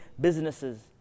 businesses